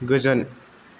गोजोन